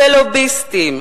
ולוביסטים,